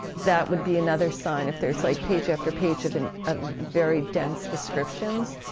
that would be another sign. if there's like page after page of and ah very dense descriptions,